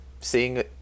Seeing